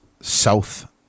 south